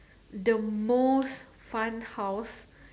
the most fun house